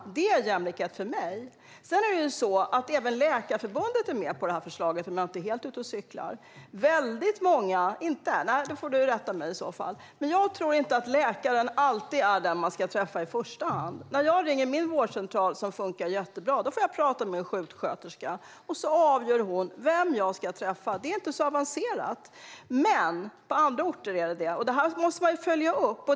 Sådana frågor är jämlikhet för mig. Även Läkarförbundet är med på detta förslag, om jag inte är helt ute och cyklar. Jag ser att du skakar på huvudet nu - du får rätta mig om jag har fel. Jag tror inte att läkaren alltid är den man ska träffa i första hand. När jag ringer min vårdcentral, som funkar jättebra, får jag prata med en sjuksköterska. Sedan avgör hon vem jag ska träffa. Det är inte så avancerat. Men på andra orter är det inte så, och det här måste man följa upp.